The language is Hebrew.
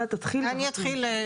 אני אתחיל.